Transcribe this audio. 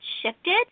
shifted